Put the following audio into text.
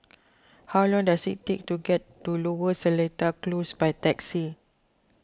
how long does it take to get to Lower Seletar Close by taxi